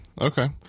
Okay